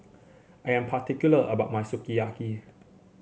I am particular about my Sukiyaki